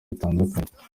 bitandukanye